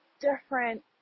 different